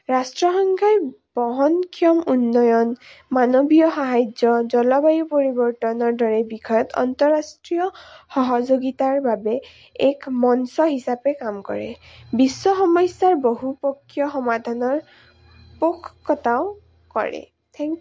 ৰাষ্ট্ৰসংঘই বহন ক্ষম উন্নয়ন মানৱীয় সাহাৰ্য জলবায়ু পৰিৱৰ্তনৰ দৰে বিষয়ত আন্তঃৰাষ্ট্ৰীয় সহযোগিতাৰ বাবে এক মঞ্চ হিচাপে কাম কৰে বিশ্ব সমস্যাৰ বহুপক্ষীয় সমাধানৰ পোষকতাও কৰে থেংক